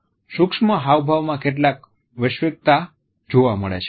સૂક્ષ્મ હાવભાવ માં કેટલીક વૈશ્વિકતા જોવા મળે છે